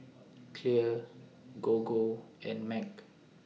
Clear Gogo and Mac